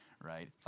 right